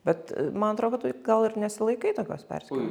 bet man atro kad tu gal ir nesilaikai tokios perskyros